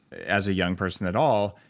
as a young person, at all.